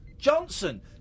Johnson